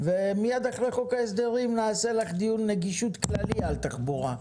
ומיד אחרי חוק ההסדרים נעשה לך דיון נגישות כללי על תחבורה,